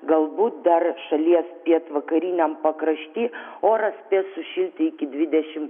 galbūt dar šalies pietvakariniam pakrašty oras spės sušilti iki dvidešim